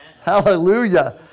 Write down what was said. Hallelujah